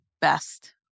best